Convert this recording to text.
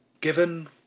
given